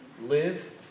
Live